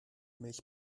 milch